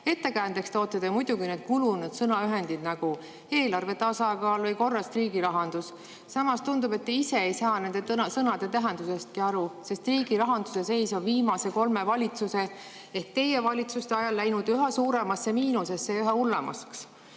Ettekäändeks toote te muidugi need kulunud sõnaühendid nagu "eelarve tasakaal" ja "korras riigi rahandus". Samas tundub, et te ise ei saa nende sõnade tähendusestki aru, sest riigi rahanduse seis on viimase kolme valitsuse ehk teie valitsuste ajal läinud üha suuremasse miinusesse ja üha hullemaks. Nüüd